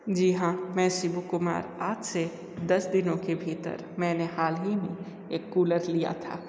जी हाँ मैं शिबू कुमार आज से दस दिनों के भीतर मैंने हाल ही में एक कूलर लिया था